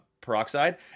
peroxide